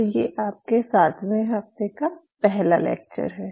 तो ये आपके सातवें हफ्ते का पहला लेक्चर है